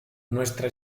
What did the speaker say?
nuestra